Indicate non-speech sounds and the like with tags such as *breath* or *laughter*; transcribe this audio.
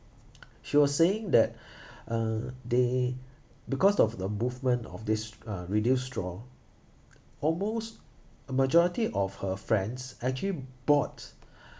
she was saying that *breath* uh they because of the movement of this uh reduced straw almost a majority of her friends actually bought *breath*